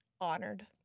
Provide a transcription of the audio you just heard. Honored